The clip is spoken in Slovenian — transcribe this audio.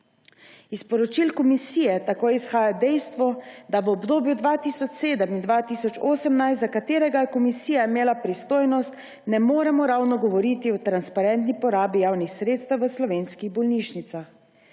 Iz poročil komisije tako izhaja dejstvo, da v obdobju 2007 in 2018, za katerega je komisija imela pristojnost, ne moremo ravno govoriti o transparentni porabi javnih sredstev v slovenskih bolnišnica.